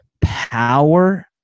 power